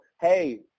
hey